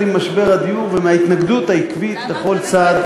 עם משבר הדיור וההתנגדות העקבית בכל צעד,